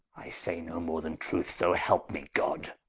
i say no more then truth, so helpe me god